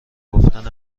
گفتن